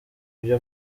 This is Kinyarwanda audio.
ibyo